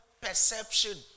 perception